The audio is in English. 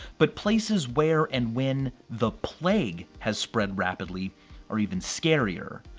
but places where and when the plague has spread rapidly are even scarier.